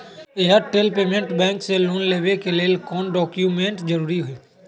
Airtel payments bank से loan लेवे के ले कौन कौन डॉक्यूमेंट जरुरी होइ?